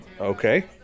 Okay